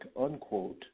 unquote